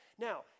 Now